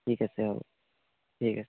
ঠিক আছে হ'ব ঠিক আছে